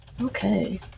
okay